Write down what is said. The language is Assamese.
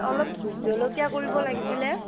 অলপ ভোট জলকীয়া কৰিব লাগিছিলে